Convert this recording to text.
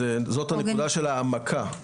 זאת הנקודה של העמקה.